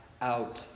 out